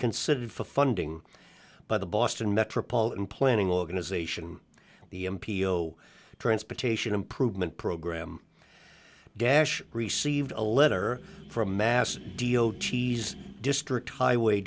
considered for funding by the boston metropolitan planning organization the m p o transportation improvement program dash received a letter from massey deo cheese district highway